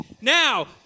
Now